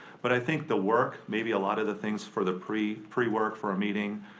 but i think the work, maybe a lot of the things for the pre-work pre-work for a meeting.